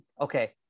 okay